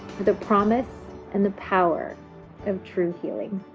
the promise and the power of true healing.